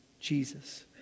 Jesus